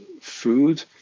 food